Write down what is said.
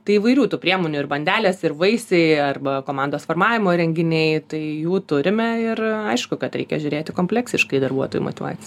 tai įvairių tų priemonių ir bandelės ir vaisiai arba komandos formavimo renginiai tai jų turime ir aišku kad reikia žiūrėti kompleksiškai į darbuotojų motyvac